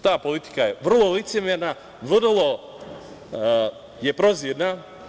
Ta politika je vrlo licemerna, vrlo je prozirna.